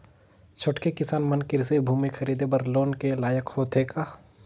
छोटके किसान मन कृषि भूमि खरीदे बर लोन के लायक होथे का?